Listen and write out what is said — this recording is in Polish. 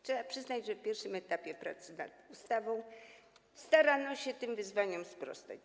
Trzeba przyznać, że na pierwszym etapie pracy nad ustawą starano się tym wyzwaniom sprostać.